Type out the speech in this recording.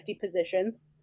positions